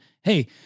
Hey